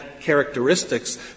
characteristics